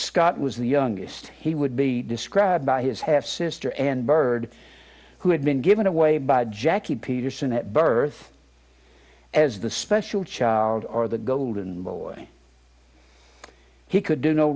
scott was the youngest he would be described by his half sister and byrd who had been given away by jackie peterson at birth as the special child or the golden boy he could do no